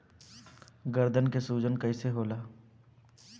गर्दन के सूजन कईसे होला?